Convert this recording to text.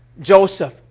Joseph